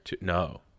No